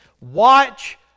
Watch